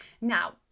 Now